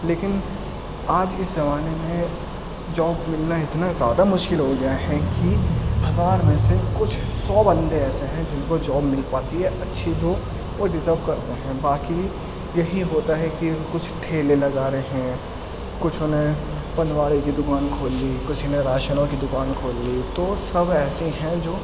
لیکن آج اس زمانے میں جاب ملنا اتنا زیادہ مشکل ہوگیا ہے کہ ہزار میں سے کچھ سو بندے ایسے ہیں جن کو جاب مل پاتی ہے اچھی جوب وہ ڈزرو کرتے ہیں باقی یہی ہوتا ہے کہ کچھ ٹھیلے لگا رہے ہیں کچھ نے پنواڑی کی دکان کھول لی کچھ نے راشن کی دکان کھول لی تو سب ایسے ہیں جو